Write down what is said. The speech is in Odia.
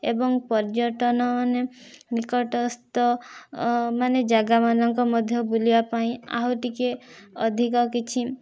ଏବଂ ପର୍ଯ୍ୟଟନମାନେ ନିକଟସ୍ଥ ମାନେ ଜାଗାମାନଙ୍କ ମଧ୍ୟ ବୁଲିବାପାଇଁ ଆଉ ଟିକିଏ ଅଧିକ କିଛି